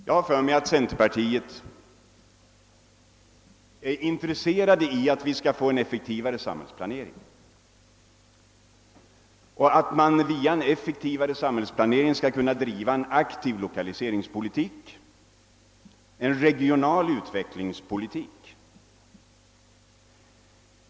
Jag har för mig att centerpartiet är intresserat av att vi skall få en effektivare samhällsplanering och via denna kunna driva en aktiv lokaliseringspolitik, en regional utvecklingspolitik.